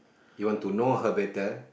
you want to know her better